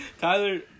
Tyler